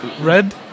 red